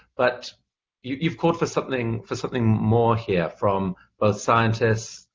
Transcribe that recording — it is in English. but you've called for something for something more here from both scientists,